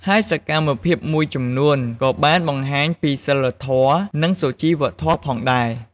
ហើយសកម្មភាពមួយចំនួនក៏បានបង្ហាញពីសីលធម៌ និងសុជីវធម៌ផងដែរ។